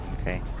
Okay